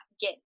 get